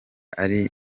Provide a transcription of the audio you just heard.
ari